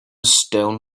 stone